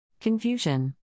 Confusion